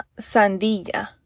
sandilla